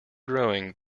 growing